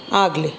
ಆಗಲಿ